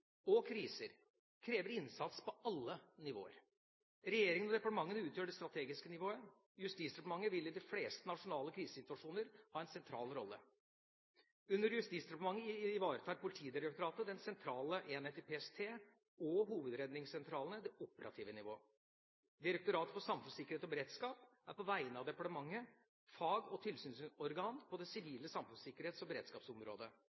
og kriser krever innsats på alle nivåer. Regjeringa og departementene utgjør det strategiske nivået. Justisdepartementet vil i de fleste nasjonale krisesituasjoner ha en sentral rolle. Under Justisdepartementet ivaretar Politidirektoratet, den sentrale enhet i PST og hovedredningssentralene det operative nivået. Direktoratet for samfunnssikkerhet og beredskap er på vegne av departementet fag- og tilsynsorgan på det sivile samfunnssikkerhets- og beredskapsområdet.